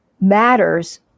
matters